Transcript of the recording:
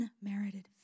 unmerited